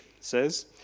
says